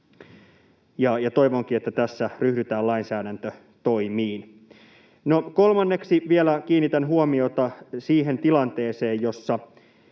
toivonkin, että tässä ryhdytään lainsäädäntötoimiin. No, kolmanneksi vielä kiinnitän huomiota siihen tilanteeseen, jossa